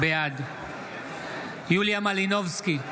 בעד יוליה מלינובסקי,